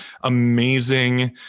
amazing